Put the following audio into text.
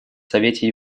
совете